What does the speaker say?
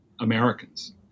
Americans